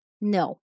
No